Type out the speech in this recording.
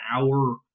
hour